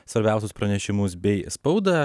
svarbiausius pranešimus bei spaudą